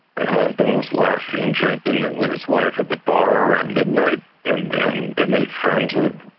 the husband was last seen drinking with his wife at the bar around midnight and then they made friends with,